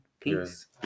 peace